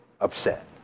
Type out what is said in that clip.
upset